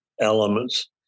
elements